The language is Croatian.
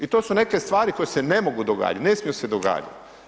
I to su neke stvari koje se ne mogu događati, ne smiju se događati.